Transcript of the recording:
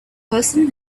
person